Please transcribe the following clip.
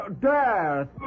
Death